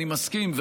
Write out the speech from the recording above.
אני מסכים.